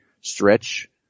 stretch